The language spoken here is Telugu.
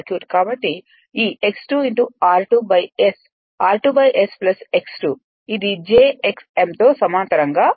కాబట్టి ఈ x 2 r2 S r2 S x 2 ఇది j x m తో సమాంతరంగా ఉంటుంది